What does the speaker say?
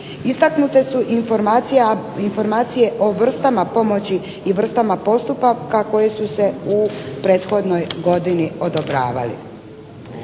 Istaknute su informacije o vrstama pomoći i vrstama postupaka koje su se u prethodnoj godini odobravali.